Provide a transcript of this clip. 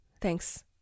Thanks